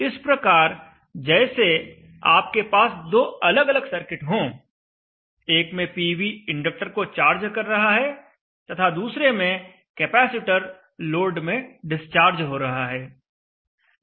इस प्रकार जैसे आपके पास दो अलग अलग सर्किट हों एक में पीवी इंडक्टर को चार्ज कर रहा है तथा दूसरे में कैपेसिटर लोड में डिस्चार्ज हो रहा है